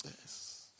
Yes